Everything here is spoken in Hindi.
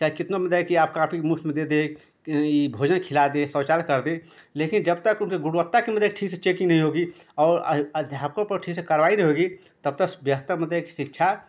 चाहे कितना मतलब कि आप कापी मुफ़्त में दे दें ये भोजन खिला दें शौचालय कर दें लेकिन जब तक उनके गुणवत्ता की मतलब ठीक से चेकिंग नही होगी और अध्यापकों पर ठीक से कार्यवाई नही होगी तब तक बेहतर मतलब एक शिक्षा